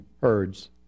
herds